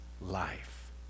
life